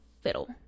fiddle